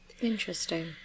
Interesting